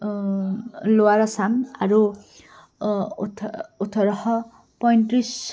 লোৱাৰ আছাম আৰু ওঠ ওঠৰশ পঁয়ত্ৰিছ